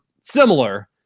similar